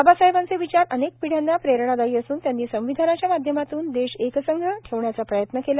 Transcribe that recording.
बाबासाहेबांचे विचार अनेक पिढ्यांना प्रेरणादायी असून त्यांनी संविधानाच्या माध्यमातून देश एकसंघ ठेवण्याचा प्रयत्न केला